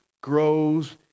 grows